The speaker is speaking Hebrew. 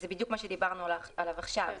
זה בדיוק מה שדיברנו עליו עכשיו,